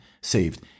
saved